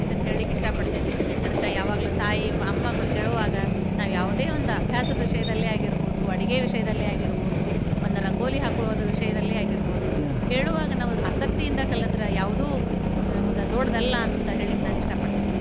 ಇದನ್ನ ಹೇಳ್ಲಿಕ್ಕೆ ಇಷ್ಟಪಡ್ತೀನಿ ಅದಕ್ಕೆ ಯಾವಾಗ್ಲೂ ತಾಯಿ ಅಮ್ಮಗಳು ಹೇಳುವಾಗ ನಾವು ಯಾವುದೇ ಒಂದು ಅಭ್ಯಾಸದ ವಿಷಯದಲ್ಲೇ ಆಗಿರ್ಬೋದು ಅಡುಗೆ ವಿಷಯದಲ್ಲೇ ಆಗಿರ್ಬೋದು ಒಂದು ರಂಗೋಲಿ ಹಾಕೋದು ವಿಷಯದಲ್ಲೇ ಆಗಿರ್ಬೋದು ಹೇಳುವಾಗ ನಾವು ಅದು ಆಸಕ್ತಿಯಿಂದ ಕಲಿತ್ರೆ ಯಾವುದೂ ನಮಗೆ ದೊಡ್ದು ಅಲ್ಲ ಅಂತ ಹೇಳ್ಲಿಕ್ಕೆ ನಾನು ಇಷ್ಟಪಡ್ತೀನಿ